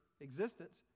existence